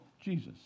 Jesus